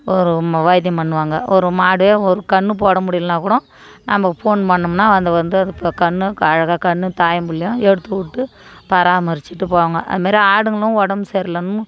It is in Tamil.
ஒரு ம வைத்தியம் பண்ணுவாங்க ஒரு மாடு ஒரு கன்னு போட முடியலன்னா கூடோம் நம்ம போன் பண்ணிணோம்னா அதை வந்து அது இப்போது கன்று அழகாக கன்னும் தாயும் புள்ளையும் எடுத்துகிட்டு பராமரிச்சிட்டு போவாங்க அதுமாதிரி ஆடுங்களும் உடம்பு சரியில்லனு